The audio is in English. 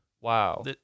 Wow